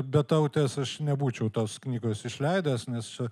be tautės aš nebūčiau tos knygos išleidęs nes čia